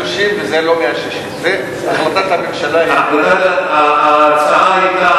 זה 130 ולא 160. החלטת הממשלה היא 130. ההצעה היתה